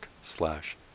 slash